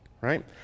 right